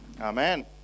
amen